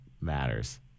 matters